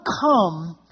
come